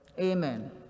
amen